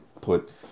put